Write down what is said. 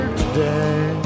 today